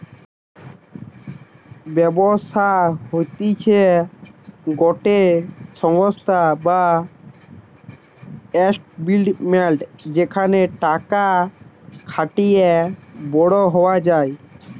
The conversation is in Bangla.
ব্যবসা হতিছে গটে সংস্থা বা এস্টাব্লিশমেন্ট যেখানে টাকা খাটিয়ে বড়ো হওয়া যায়